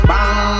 Bang